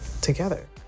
together